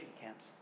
camps